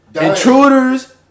intruders